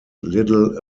little